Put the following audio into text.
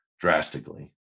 drastically